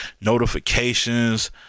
notifications